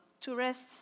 tourists